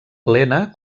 lena